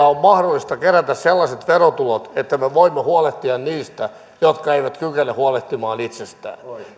on mahdollista kerätä sellaiset verotulot että me voimme huolehtia niistä jotka eivät kykene huolehtimaan itsestään